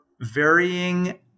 varying